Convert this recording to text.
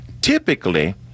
typically